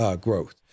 growth